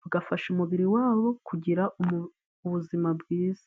Bugafasha umubiri wabo kugira umu ubuzima bwiza.